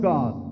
God